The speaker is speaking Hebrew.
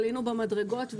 שעלינו במדרגות,